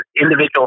individual